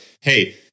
hey